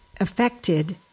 affected